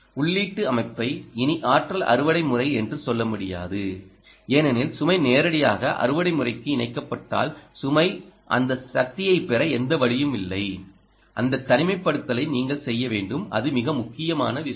உள்ளீட்டு அமைப்பை இனி ஆற்றல் அறுவடை முறை என்று சொல்ல முடியாது ஏனெனில் சுமை நேரடியாக அறுவடை முறைக்கு இணைக்கப்பட்டால் சுமை அந்த சக்தியைப் பெற எந்த வழியும் இல்லை அந்த தனிமைப்படுத்தலை நீங்கள் செய்ய வேண்டும் அது மிக முக்கியமான விஷயம்